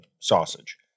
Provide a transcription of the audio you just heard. sausage